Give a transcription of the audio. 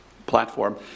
platform